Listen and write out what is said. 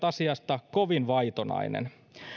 asiasta kovin vaitonainen